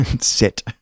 Sit